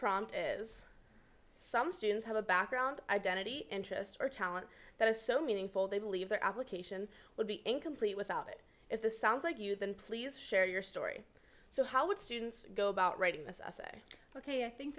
prompt is some students have a background identity interest or talent that is so meaningful they believe their application will be incomplete without it if this sounds like you then please share your story so how would students go about writing this as a ok i think